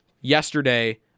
yesterday